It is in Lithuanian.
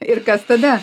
ir kas tada